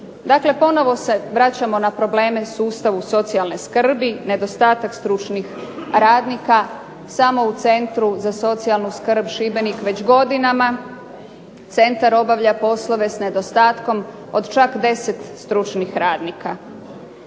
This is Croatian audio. Dakle, ponovo se vraćamo na probleme sustavu socijalne skrbi, nedostatak stručnih radnika. Samo u Centru za socijalnu skrb Šibenik već godinama, centar obavlja poslove s nedostatkom od čak 10 stručnih radnika.